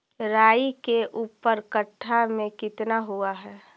राई के ऊपर कट्ठा में कितना हुआ है?